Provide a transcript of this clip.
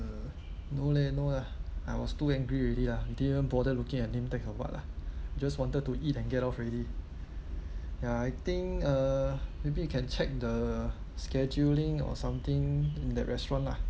uh no leh no ah I was too angry already lah I didn't bother looking at name tag or what lah I just wanted to eat and get off already ya I think uh maybe you can check the scheduling or something in that restaurant lah